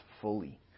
fully